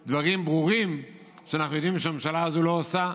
זה מכיוון שיש לנו דברים ברורים שאנחנו יודעים שהממשלה הזו לא עושה.